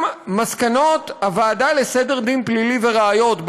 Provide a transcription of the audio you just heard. גם מסקנות הוועדה לסדר דין פלילי וראיות,